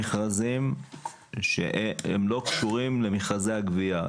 במכרזים שלא קשורים למכרזי הגבייה.